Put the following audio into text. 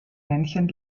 männchen